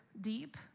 deep